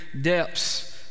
depths